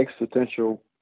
existential